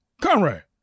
Conrad